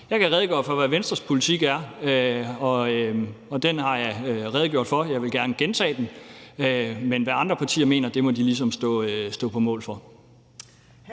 Jeg kan redegøre for, hvad Venstres politik er, og den har jeg redegjort for. Jeg vil gerne gentage den, men hvad andre partier mener, må de ligesom stå på mål for.